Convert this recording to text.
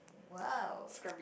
!wow!